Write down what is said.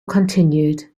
continued